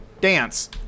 Dance